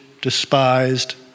despised